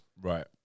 right